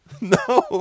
No